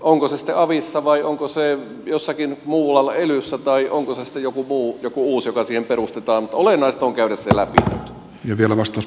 onko se sitten avissa vai onko se jossakin muualla elyssä tai onko se sitten joku muu joku uusi joka siihen perustetaan mutta olennaista on käydä se läpi nyt